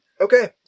Okay